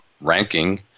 ranking